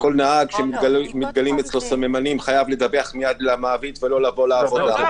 וכל נהג שמתגלים אצלו סממנים חייב לדווח מייד למעביד ולא להגיע לעבודה.